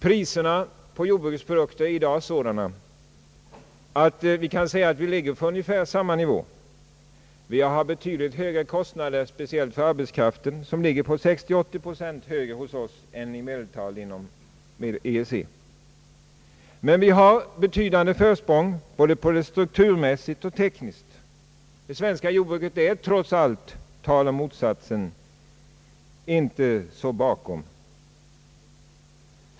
Priserna på jordbrukets produkter är i dag sådana att vi kan säga att vi ligger på ungefär samma nivå. Vi har betydligt högre kostnader, speciellt för arbetskraften, där vi ligger 60—380 procent över medeltalet inom EEC. Men vi har betydande försprång både strukturmässigt och tekniskt. Det svenska jordbruket är, trots allt tal om motsatsen, inte så bakom.